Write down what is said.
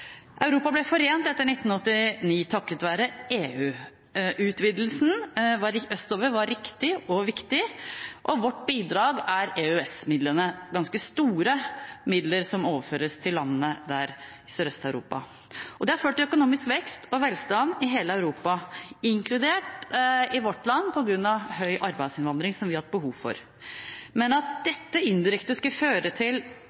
Europa ble forent etter 1989 takket være EU. Utvidelsen østover var riktig og viktig, og vårt bidrag er EØS-midlene – ganske store midler som overføres til landene i Sørøst-Europa. Det har ført til økonomisk vekst og velstand i hele Europa, inkludert i vårt land på grunn av høy arbeidsinnvandring, som vi har hatt behov for. Men at dette indirekte skulle føre til